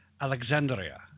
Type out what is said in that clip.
Alexandria